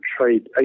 trade